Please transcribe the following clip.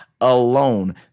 alone